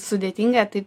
sudėtinga tai